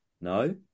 no